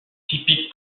typique